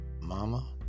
mama